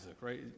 right